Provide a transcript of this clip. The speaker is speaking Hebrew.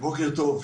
בוקר טוב.